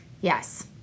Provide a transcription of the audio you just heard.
Yes